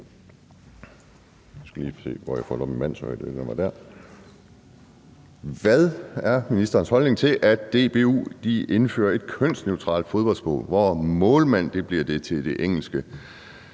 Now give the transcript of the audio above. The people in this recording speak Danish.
Hvad er ministerens holdning til, at DBU indfører et kønsneutralt fodboldsprog, hvor »målmand« bliver til den engelske